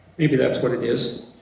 maybe that's what it is.